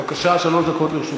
בבקשה, שלוש דקות לרשותך.